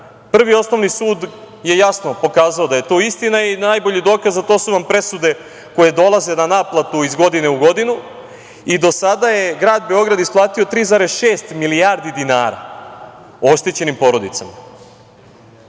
Prvi osnovni sud je jasno pokazao da je to istina i najbolji dokaz za to su vam presude koje dolaze na naplatu iz godine u godinu i do sada je grad Beograd isplatio 3.6 milijardi dinara oštećenim porodicama. To